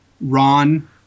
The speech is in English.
Ron